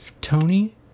Tony